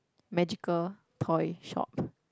magical toy shop